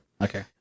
Okay